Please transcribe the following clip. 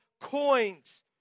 coins